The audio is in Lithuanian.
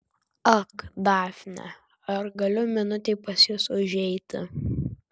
ak dafne ar galiu minutei pas jus užeiti